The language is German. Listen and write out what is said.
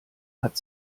hat